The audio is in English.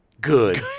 good